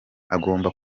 agomba